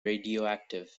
radioactive